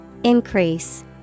Increase